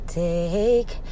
take